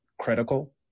critical